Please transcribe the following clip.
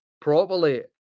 properly